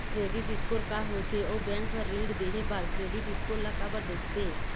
Credit score का होथे अउ बैंक हर ऋण देहे बार क्रेडिट स्कोर ला काबर देखते?